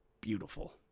Beautiful